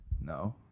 No